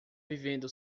vivendo